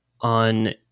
on